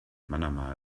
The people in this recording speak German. manama